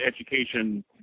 education